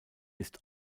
ist